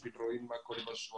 בשביל לראות מה קרה בשואה,